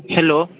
hello